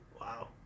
wow